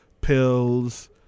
pills